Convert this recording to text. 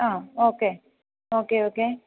ആണോ okay okay okay